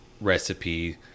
recipe